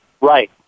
Right